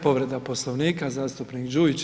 Povreda Poslovnika zastupnik Đujić.